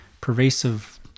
pervasive